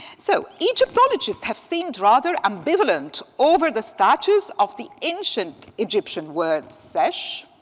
so egyptologists have seemed rather ambivalent over the status of the ancient egyptian word sesh,